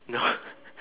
no